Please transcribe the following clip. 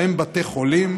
ובהם בתי חולים